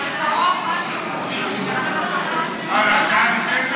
אנחנו, אדוני השר,